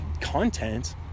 content